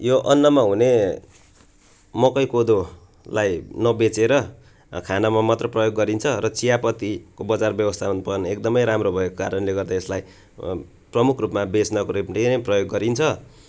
यो अन्नमा हुने मकै कोदोलाई नबेचेर खानमा मात्र प्रयोग गरिन्छ र चियापतिको बजार व्यवस्थापन एकदमै राम्रो भएको कारणले गर्दा यस्लाई प्रमुख रूपमा बेच्न नै प्रयोग गरिन्छ